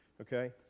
okay